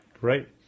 Right